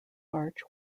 arch